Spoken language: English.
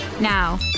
Now